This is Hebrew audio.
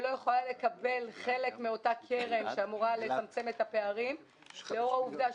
היא לא יכולה לקבל חלק מאותה קרן שאמורה לצמצם פערים לאור העובדה,